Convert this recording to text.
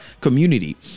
community